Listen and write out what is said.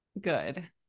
good